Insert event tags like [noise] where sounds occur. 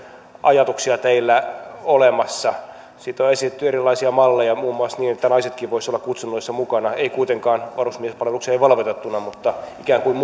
ajatuksia teillä olemassa siitä on esitetty erilaisia malleja muun muassa niin että naisetkin voisivat olla kutsunnoissa mukana eivät kuitenkaan varusmiespalvelukseen velvoitettuina mutta ikään kuin [unintelligible]